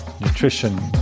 nutrition